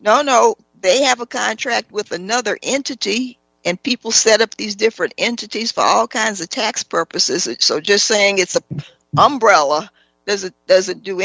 no no they have a contract with another entity and people set up these different entities file kinds of tax purposes so just saying it's an umbrella is it doesn't do